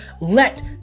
let